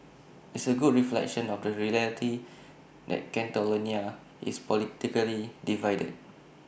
it's A good reflection of the reality that Catalonia is politically divided